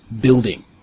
building